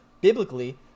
biblically